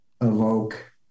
evoke